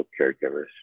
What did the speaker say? caregivers